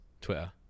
Twitter